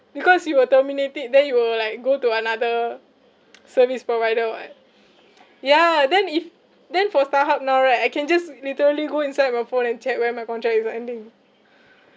because you will terminate it then you will like go to another service provider [what] ya then if then for starhub now right I can just literally go inside my phone and check when my contract is ending